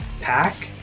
pack